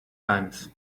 times